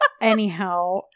anyhow